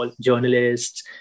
journalists